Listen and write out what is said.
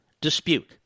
dispute